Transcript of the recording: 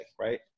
right